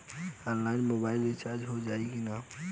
Online mobile recharge हो जाई की ना हो?